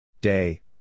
Day